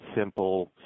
simple